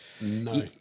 No